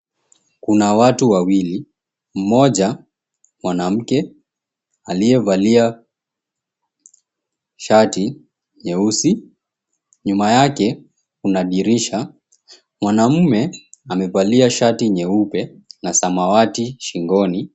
Kuna watu wawili, mmoja mwanamke aliyevalia shati nyeusi. Nyuma yake kuna dirisha. Mwanamme amevalia shati nyeupe na samawati shingoni.